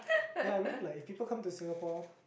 ya I mean like if people come to Singapore